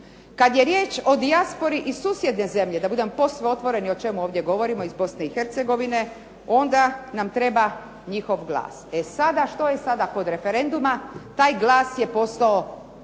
Kada je riječ o dijaspori iz susjedne zemlje, da budemo posve otvoreni o čemu ovdje govorimo iz Bosne i Hercegovine, onda nam treba njihov glas. E sada što je sada kod referenduma taj glas je postao